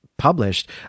published